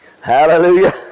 Hallelujah